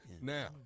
Now